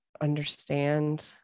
understand